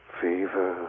fever